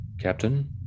Captain